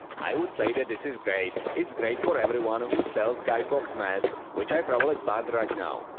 i would say this is great, it's great for everyone who sells guy fawkes masks, which i probably start right now.